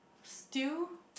still